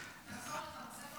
את זוכרת?